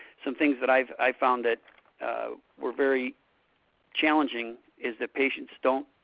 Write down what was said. some things that i've found that were very challenging is that patients don't,